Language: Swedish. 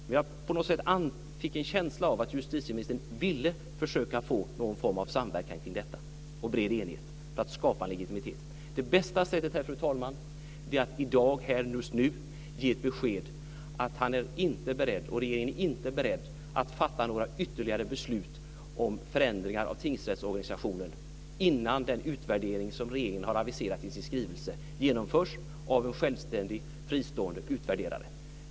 Jag fick på något sätt en känsla av att justitieministern ville försöka få någon form av samverkan omkring detta och bred enighet för att skapa en legitimitet. Det bästa sättet, fru talman, är att i dag här just nu ge beskedet att han och regeringen inte är beredd att fatta några ytterligare beslut om förändringar av tingsrättsorganisationen innan den utvärdering som regeringen har aviserat i sin skrivelse genomförs av en självständig fristående utvärderare.